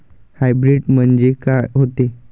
Hybrid म्हनजे का होते?